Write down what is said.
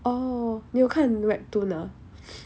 哦你有看 webtoon ah